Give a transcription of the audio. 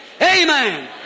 Amen